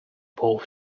both